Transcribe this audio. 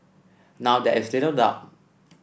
now there is little doubt